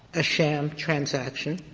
a sham transaction.